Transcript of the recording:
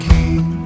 King